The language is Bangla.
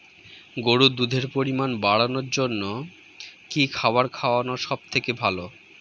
গরুর দুধের পরিমাণ বাড়ানোর জন্য কি খাবার খাওয়ানো সবথেকে ভালো?